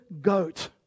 goat